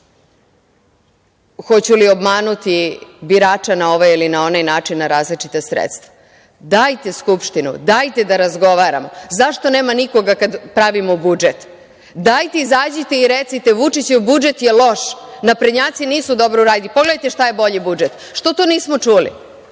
hoću li obmanuti birača na ovaj ili onaj način, na različita sredstva. Dajte Skupštinu, dajte da razgovaramo. Zašto nema nikoga kad pravimo budžet? Dajte izađite i recite – Vučićev budžet je loš, naprednjaci nisu dobro uradili, pogledajte šta je bolji budžet. Što to nismo čuli? Evo,